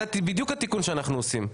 זה בדיוק התיקון שאנחנו עושים.